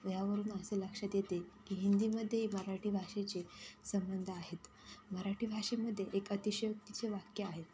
यावरून असे लक्षात येते की हिंदीमध्ये मराठी भाषेचे संबंध आहेत मराठी भाषेमध्ये एक अतिशयोक्तीचे वाक्य आहेत